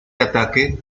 ataque